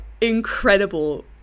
incredible